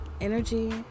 energy